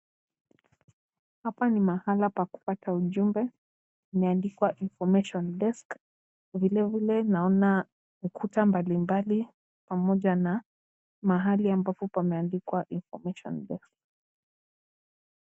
Hapa ni mahala pa kupata ujumbe imeandikwa information desk . Vile vile naona ukuta mbali mbali, pamoja na mahali ambapo pameandikwa information desk .